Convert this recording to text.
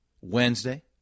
Wednesday